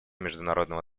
международного